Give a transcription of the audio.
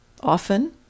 Often